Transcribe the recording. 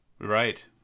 Right